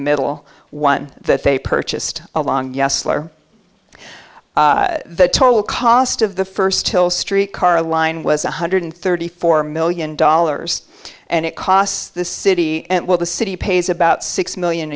middle one that they purchased along yesler the total cost of the first hill street car line was one hundred thirty four million dollars and it costs the city and well the city pays about six million